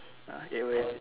!huh! always